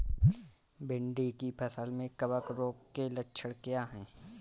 भिंडी की फसल में कवक रोग के लक्षण क्या है?